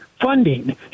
funding